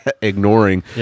ignoring